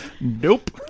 Nope